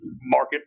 market